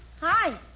Hi